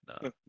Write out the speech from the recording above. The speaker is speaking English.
no